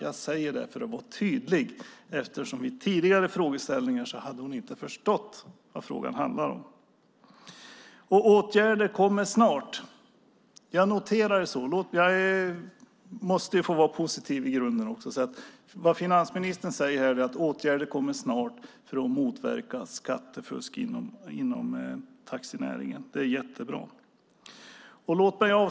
Jag säger det för att vara tydlig eftersom hon vid tidigare diskussioner inte hade förstått vad frågan handlar om. Åtgärder kommer snart. Jag noterar det. Jag måste få vara positiv. Finansministern säger att åtgärder för att motverka skattefusk inom taxinäringen kommer snart. Det är jättebra.